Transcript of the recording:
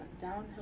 downhill